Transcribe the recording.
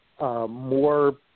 more